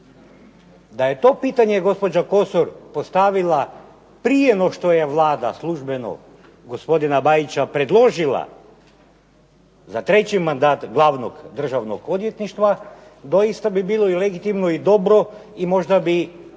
Da je to pitanje gospođa Kosor postavila prije no što je Vlada službeno gospodina Bajića predložila za treći mandat glavnog Državnog odvjetništva doista bi bilo i legitimno i dobro i možda bi